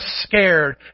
scared